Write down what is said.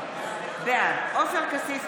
בעד אופיר כץ,